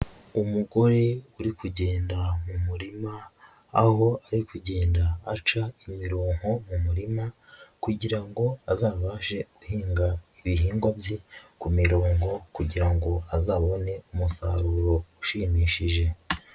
Umugore uri kugenda mu murima aho ari kugenda aca imirongo mu murima kugirango azabashe guhinga ibihingwa bye ku mirongo kugira ngo azabone umusaruro ushimishije.